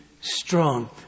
strong